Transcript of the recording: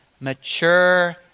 mature